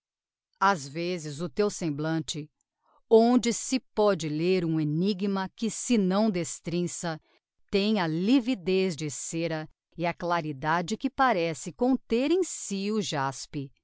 ás vezes o teu semblante onde se póde lêr um enigma que se não destrinça tem a lividez de cera e a claridade que parece conter em si o jaspe